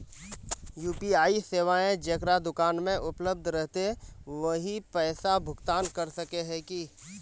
UPI सेवाएं जेकरा दुकान में उपलब्ध रहते वही पैसा भुगतान कर सके है की?